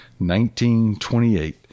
1928